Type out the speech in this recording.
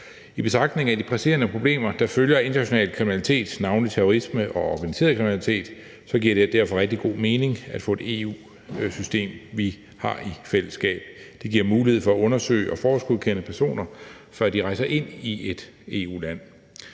I betragtning af de presserende problemer, der følger af international kriminalitet, navnlig terrorisme og organiseret kriminalitet, giver det rigtig god mening, at vi får et EU-system, som vi har i fællesskab. Det giver mulighed for at undersøge og forhåndsgodkende personer, før de rejser ind i et EU-land.